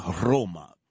Roma